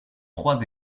trois